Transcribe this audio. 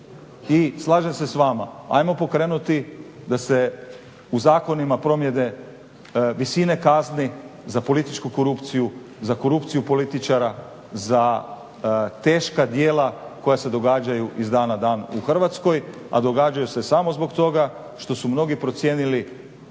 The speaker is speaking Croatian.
I slažem se s vama, ajmo pokrenuti da se u zakonima promjene visine kazni za političku korupciju, za korupciju političara, za teška djela koja se događaju iz dana u dan u Hrvatskoj. A događaju se samo zbog toga što su mnogi procijenili